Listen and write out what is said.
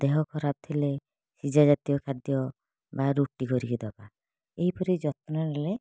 ଦେହ ଖରାପ ଥିଲେ ସିଝା ଜାତୀୟ ଖାଦ୍ୟ ବା ରୁଟି କରିକି ଦେବା ଏହିପରି ଯତ୍ନ ନେଲେ